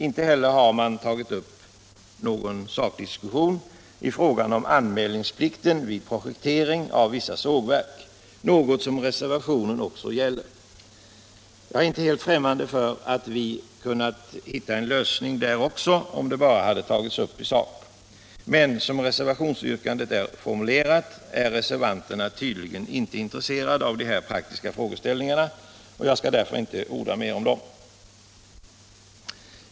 Inte heller har man tagit upp någon sakdiskussion i fråga om anmälningsplikten vid projektering av vissa sågverk — något som reservationen också gäller. Jag är inte helt främmande för att vi kunnat hitta en lösning där också om det bara hade tagits upp i sak. Men som reservationsyrkandet är formulerat är reservanterna tydligen inte intresserade av de här praktiska frågeställningarna, och jag skall därför inte orda mer om detta.